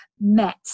met